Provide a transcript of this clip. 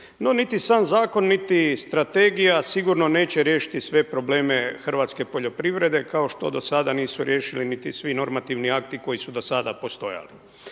No niti sam zakon, niti strategija sigurno neće riješiti sve probleme hrvatske poljoprivrede kao što do sada nisu riješili niti svi normativni akti koji su do sada postojali.